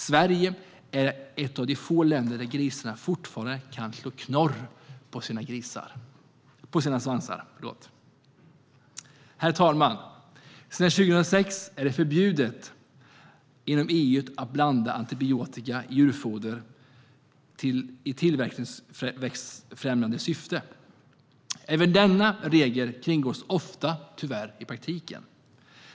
Sverige är ett av de få länder där grisarna fortfarande kan slå knorr på svansen. Herr talman! Sedan 2006 är det inom EU förbjudet att blanda antibiotika i djurfoder i tillväxtfrämjande syfte. Även denna regel kringgås tyvärr ofta i praktiken.